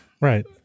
Right